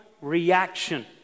reaction